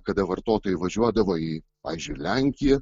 kada vartotojai važiuodavo į pavyzdžiui lenkiją